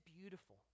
beautiful